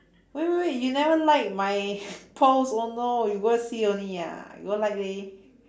wait wait wait you never like my post oh no you go and see only ah you go like leh